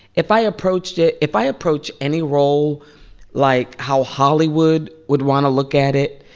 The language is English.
if i approached it if i approach any role like how hollywood would want to look at it,